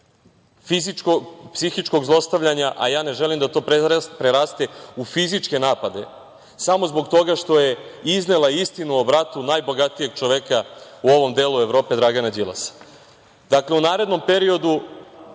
fizičko-psihičkog zlostavljanja, a ja ne želim da to preraste u fizičke napade, samo zbog toga što je iznela istinu o bratu najbogatijeg čoveka u ovom delu Evrope, Dragana Đilasa. Dakle, u narednom periodu,